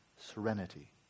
serenity